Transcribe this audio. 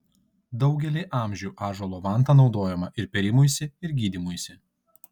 daugelį amžių ąžuolo vanta naudojama ir pėrimuisi ir gydymuisi